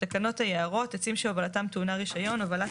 תקנות היערות (עצים שהובלתם טעונה רישיון - הובלת